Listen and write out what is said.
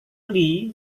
lee